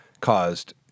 caused